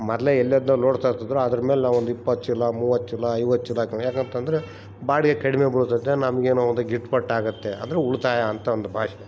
ಮೊದ್ಲೆ ಎಲ್ಲದ್ನೊ ಲೋಡ್ ತರ್ತಿದ್ರು ಅದ್ರ ಮೇಲೆ ನಾವು ಒಂದು ಇಪ್ಪತ್ತು ಚೀಲ ಮೂವತ್ತು ಚೀಲ ಐವತ್ತು ಚೀಲ ಯಾಕಂತಂದರೆ ಬಾಡಿಗೆ ಕಡಿಮೆ ಬೀಳ್ತತೆ ನಮಗೇನೋ ಒಂದು ಗಿಟ್ಪಟ್ ಆಗುತ್ತೆ ಅಂದ್ರೆ ಉಳಿತಾಯ ಅಂತ ಒಂದು ಭಾಷೆ